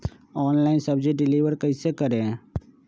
Online सब्जी deliver कैसे करें?